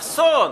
אסון.